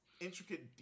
intricate